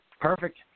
Perfect